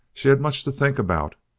she had much to think about,